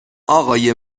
آقای